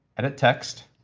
edit text,